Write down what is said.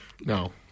No